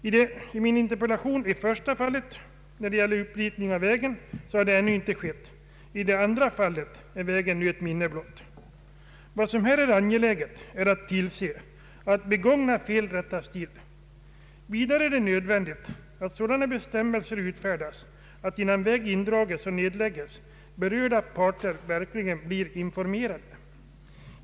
I det första fallet i min interpellation har upprivning av vägen ännu inte skett, men i det andra fallet är vägen nu ett minne blott. Vad som här är angeläget är att tillse att begångna fel rättas till. Vidare är det nödvändigt att sådana bestämmelser utfärdas att berörda parter verkligen blir informerade, innan väg indrages och nedlägges.